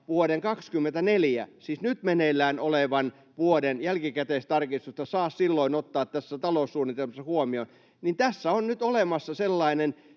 vuonna 26 saatavaa, nyt meneillään olevan vuoden 24 jälkikäteistarkistusta saa silloin ottaa tässä taloussuunnitelmassa huomioon, niin tässä on nyt olemassa sellainen